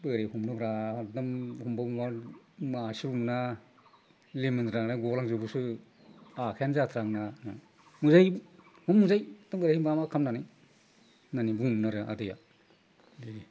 बोरै हमनोब्रा एकदम हमबाबो मा मासेबो मोना लिमोनद्रायनानै गलांजोबोसो आखाइयानो जाथारा आंना ओमफ्राय हमजायो एकदम बोरैहाय मा मा खालामनानै होननानै बुङोमोन आरो आदैया दे